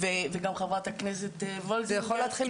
וגם חברת הכנסת וולדיגר --- זה יכול להתחיל